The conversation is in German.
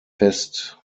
fest